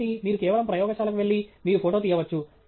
కాబట్టి మీరు కేవలం ప్రయోగశాలకు వెళ్లి మీరు ఫోటో తీయవచ్చు